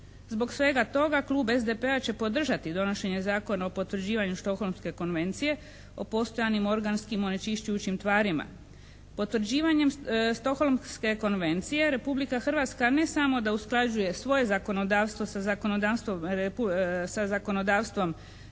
Zbog svega toga Klub SDP-a će podržati donošenje Zakona o potvrđivanju Stockholmske konvencije o postojanim organskim onečišćujućim tvarima. Potvrđivanjem Stockholmske konvencije Republika Hrvatska ne samo da usklađuje svoje zakonodavstvo sa zakonodavstvom